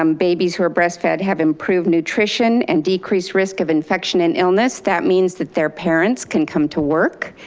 um babies who are breastfed have improved nutrition and decreased risk of infection and illness. that means that their parents can come to work,